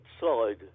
side